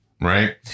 right